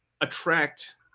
attract